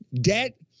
debt